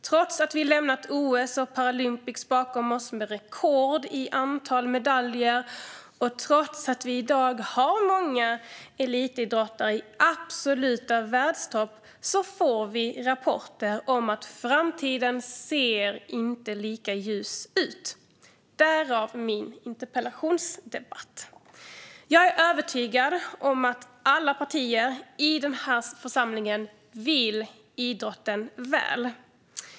Trots att vi har lämnat OS och Paralympiska spelen bakom oss med ett rekordstort antal medaljer, och trots att vi i dag har många elitidrottare i absoluta världstoppen får vi rapporter om att framtiden inte ser lika ljus ut - därav min interpellation. Jag är övertygad om att alla partier i den här församlingen vill idrotten väl.